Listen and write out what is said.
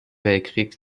weltkrieg